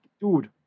dude